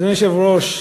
אדוני היושב-ראש,